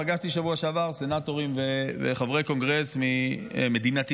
פגשתי בשבוע שעבר סנטורים וחברי קונגרס מדינתיים,